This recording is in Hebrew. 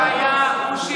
מה שהיה הוא שיהיה.